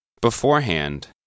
Beforehand